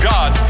God